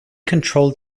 controlled